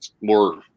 more